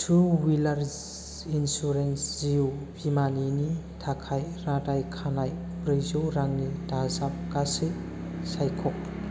two wheeler insurance जिउ बिमानि थाखाय रादाय खानाय ब्रैजौ रांनि दाजाब गासै सायख'